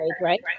right